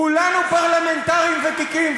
כולנו פרלמנטרים ותיקים,